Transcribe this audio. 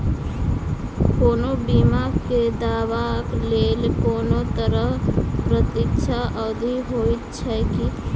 कोनो बीमा केँ दावाक लेल कोनों तरहक प्रतीक्षा अवधि होइत छैक की?